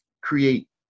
create